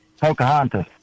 Pocahontas